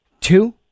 two